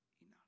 enough